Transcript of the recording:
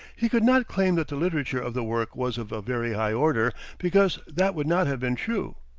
he could not claim that the literature of the work was of a very high order, because that would not have been true.